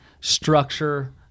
structure